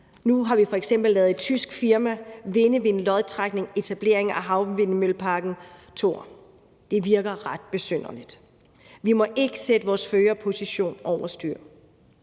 Nu har vi f.eks. ladet et tysk firma ved en lodtrækning vinde etableringen af havvindmølleparken Thor. Det virker ret besynderligt. Vi må ikke sætte vores førerposition over styr.